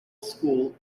school